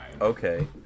Okay